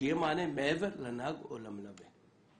שיהיה מענה מעבר לנהג או למלווה.